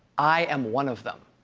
i am one of them.